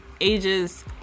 ages